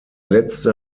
letzte